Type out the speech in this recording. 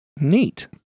neat